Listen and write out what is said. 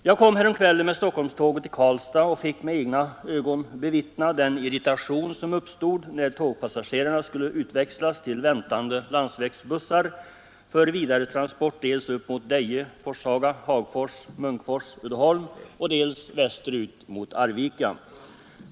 Jag kom häromkvällen med Stockholmståget till Karlstad och fick med egna ögon bevittna den irritation som uppstod när tågpassagerarna skulle utväxlas till väntande landsvägsbussar för vidare transport dels upp mot Deje, Forshaga, Hagfors, Munkfors och Uddeholm, dels västerut mot Arvika.